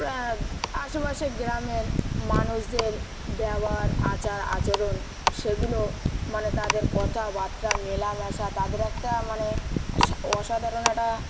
আশেপাশে গ্রামের মানুষদের ব্যবহার আচার আচরণ সেগুলো মানে তাদের কথাবার্তা মেলামেশা তাদের একটা মানে অসাধারণ একটা